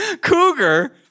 cougar